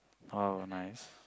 !wow! nice